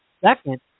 Second